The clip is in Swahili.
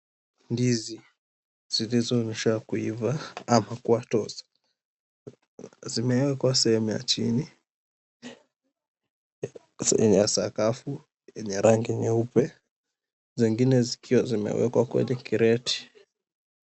Ndizi zilizoonyesha kuiva ama kuwa tosa zimewekwa sehemu ya chini ya sakafu yenye rangi nyeupe zingine zikiwa zimewekwa kwenye kireti.